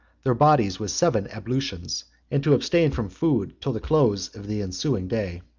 their bodies with seven ablutions and to abstain from food till the close of the ensuing day.